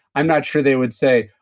i'm not sure they would say,